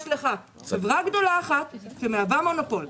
יש לך חברה אחת שמהווה מונופול.